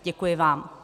Děkuji vám.